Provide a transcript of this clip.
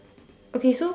okay so